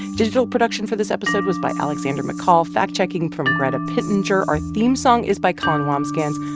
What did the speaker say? digital production for this episode was by alexander mccall, fact-checking from greta pittenger. our theme song is by colin wambsgans.